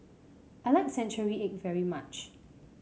I like Century Egg very much